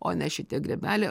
o ne šitie grybeliai